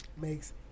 makes